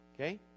okay